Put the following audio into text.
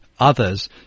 Others